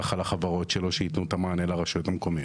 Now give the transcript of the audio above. על החברות שלו שייתנו את המענה לרשויות המקומיות?